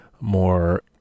more